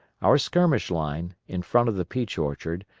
our skirmish line, in front of the peach orchard,